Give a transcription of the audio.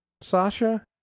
Sasha